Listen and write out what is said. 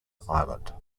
island